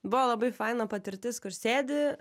buvo labai faina patirtis kur sėdi